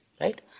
right